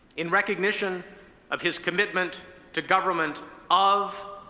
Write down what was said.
in recognition of his commitment to government of,